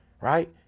right